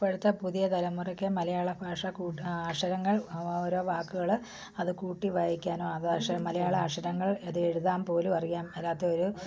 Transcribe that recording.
ഇപ്പഴത്തെ പുതിയ തലമുറക്ക് മലയാള ഭാഷ കൂട്ട അക്ഷരങ്ങൾ ഓരോ വാക്കുകള് അത് കൂട്ടി വായിക്കാനോ അത് പക്ഷേ മലയാള അക്ഷരങ്ങൾ അത് എഴുതാൻ പോലും അറിയാൻ മേലാത്തൊരു